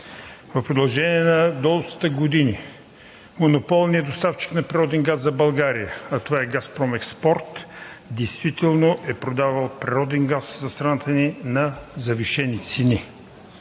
В продължение на доста години монополният доставчик на природен газ за България, а това е „Газпром Експорт“, действително е продавал природен газ за страната ни на завишени цени.